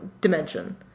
dimension